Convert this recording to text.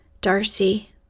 Darcy